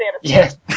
Yes